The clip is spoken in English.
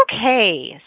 Okay